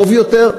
טוב יותר,